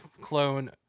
clone